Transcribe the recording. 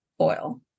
oil